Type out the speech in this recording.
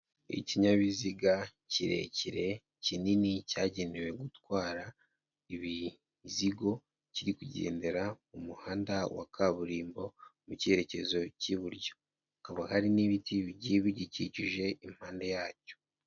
Ikinyabiziga kirekire kinini cyagenewe gutwara ibizigo, kiri kugendera mu muhanda wa kaburimbo mu cyerekezo cy'iburyo, hakaba hari n'ibiti bigiye bigikikije impande yacyo.